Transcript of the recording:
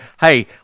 hey